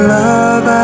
love